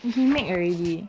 he he make already